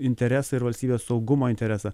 interesą ir valstybės saugumo interesą